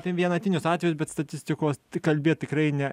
apie vienetinius atvejus bet statistikos tai kalbėt tikrai ne